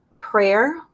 prayer